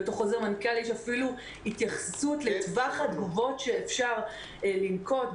ובתוך חוזרי מנכ"ל יש אפילו התייחסות לטווח התגובות שאפשר לנקוט.